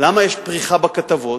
למה יש פריחה בכתבות?